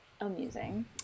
amusing